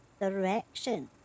direction